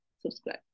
Subscribe